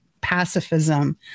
pacifism